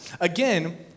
Again